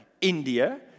India